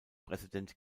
präsident